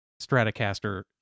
stratocaster